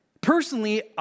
personally